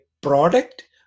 product